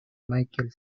michael